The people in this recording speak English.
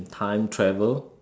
time travel